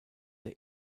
der